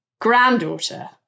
granddaughter